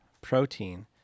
protein